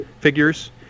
figures